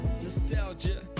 nostalgia